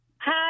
Hi